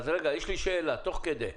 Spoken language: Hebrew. יש לי שאלה תוך כדי.